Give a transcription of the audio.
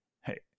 Hey